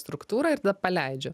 struktūrą ir paleidžiu